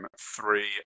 three